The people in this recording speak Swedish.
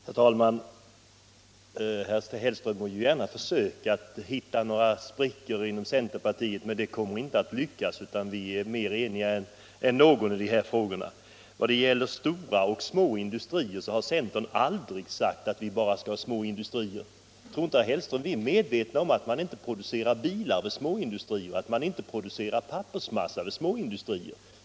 Herr talman! Herr Hellström må gärna försöka hitta sprickor i centerpartiet, men det kommer inte att lyckas. Vi är mer eniga än några andra i dessa frågor. Vad gäller stora och små industrier har centern aldrig sagt att vi bara skall ha småindustrier. Tror inte herr Hellström att vi är medvetna om att man inte producerar vare sig bilar eller pappersmassa vid små industrier?